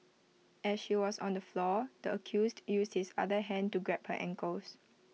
as she was on the floor the accused used his other hand to grab her ankles